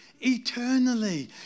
eternally